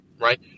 right